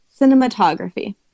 Cinematography